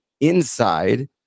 inside